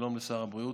שלום לשר הבריאות,